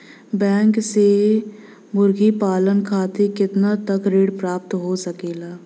Bank से मुर्गी पालन खातिर कितना तक ऋण प्राप्त हो सकेला?